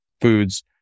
foods